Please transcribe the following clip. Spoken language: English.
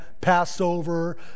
Passover